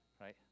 right